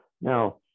now